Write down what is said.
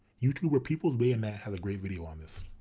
youtuber people's bayonet has a great video on this.